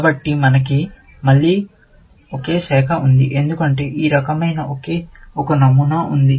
కాబట్టి మళ్ళీ మనకు ఒకే శాఖ ఉంది ఎందుకంటే ఈ రకమైన ఒకే ఒక నమూనా ఉంది